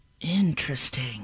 Interesting